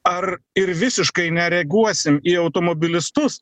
ar ir visiškai nereaguosim į automobilistus